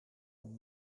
een